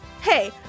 Hey